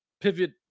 pivot